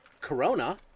Corona